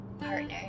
partner